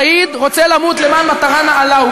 השהיד רוצה למות למען מטרה נעלה,